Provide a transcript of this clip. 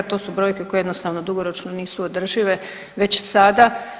To su brojke koje jednostavno dugoročno nisu održive već sada.